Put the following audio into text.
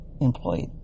employed